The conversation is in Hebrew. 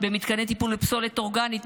במתקני טיפול בפסולת אורגנית,